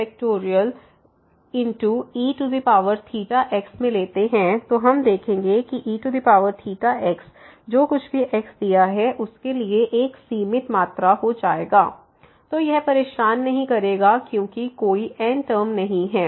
eθx में लेते हैं तो हम देखेंगे कि eθxजो कुछ भी x दिया है उसके लिए एक सीमित मात्रा हो जाएगा तो यह परेशान नहीं करेगा क्योंकि यहां कोई n टर्म नहीं है